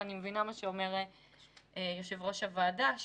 אני מבינה מה שאומר יושב-ראש הוועדה,